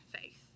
faith